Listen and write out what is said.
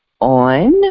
on